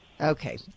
Okay